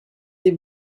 des